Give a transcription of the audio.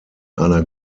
einer